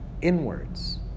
inwards